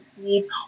sleep